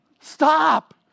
stop